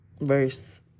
verse